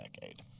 decade